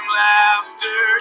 laughter